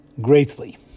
greatly